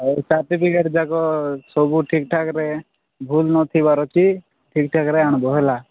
ଆହୁରି ସାର୍ଟିପିକେଟ୍ ଯାକ ସବୁ ଠିକ୍ ଠାକ୍ରେ ଭୁଲ୍ ନଥିବାର ଅଛି ଠିକ୍ ଠାକ୍ରେ ଆଣିବ ହେଲା